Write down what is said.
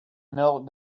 knelt